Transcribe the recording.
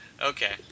okay